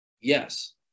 Yes